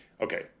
okay